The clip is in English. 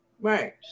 Right